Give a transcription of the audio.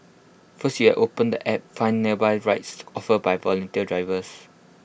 first you open the app find nearby rides offered by volunteer drivers